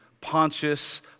Pontius